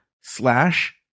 slash